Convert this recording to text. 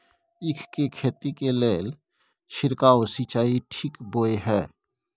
ईख के खेती के लेल छिरकाव सिंचाई ठीक बोय ह?